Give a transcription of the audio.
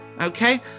Okay